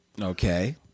Okay